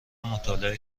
مطالعه